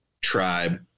tribe